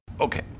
okay